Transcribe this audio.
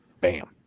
bam